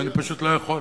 ואני פשוט לא יכול.